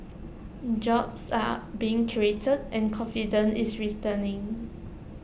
jobs are being created and confidence is race turning